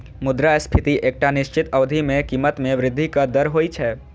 मुद्रास्फीति एकटा निश्चित अवधि मे कीमत मे वृद्धिक दर होइ छै